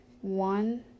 one